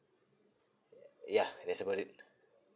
ye~ yeah that's about it